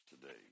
today